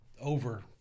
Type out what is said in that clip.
over